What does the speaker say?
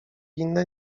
inne